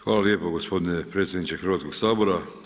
Hvala lijepo gospodine predsjedniče Hrvatskog sabora.